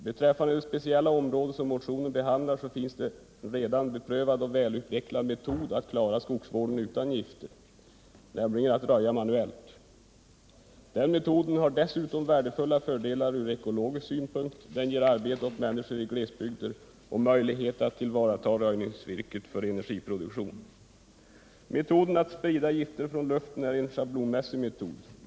Beträffande det speciella område som motionen behandlar finns det redan en välutvecklad och beprövad metod att ombesörja skogsvården utan att använda gifter, nämligen att röja manuellt. Den metoden har dessutom värdefulla fördelar ur ekologisk synpunkt. Den ger dessutom arbete åt människor i glesbygder och möjligheter att tillvarata röjningsvirke för energiproduktion. Metoden att sprida gifter från luften är en schablonmässig metod.